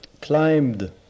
climbed